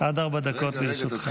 עד ארבע דקות לרשותך.